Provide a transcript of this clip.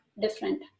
different